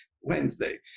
Wednesday